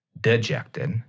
dejected